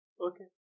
Okay